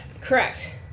correct